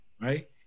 right